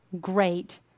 great